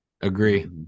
agree